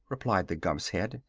replied the gump's head,